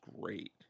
great